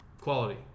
Quality